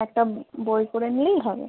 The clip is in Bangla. একটা বই করে নিলেই হবে